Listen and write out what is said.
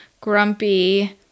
grumpy